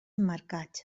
emmarcats